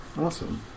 Awesome